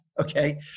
okay